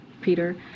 Peter